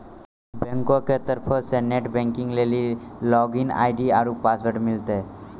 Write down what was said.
बैंको के तरफो से नेट बैंकिग लेली लागिन आई.डी आरु पासवर्ड मिलतै